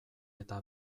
eta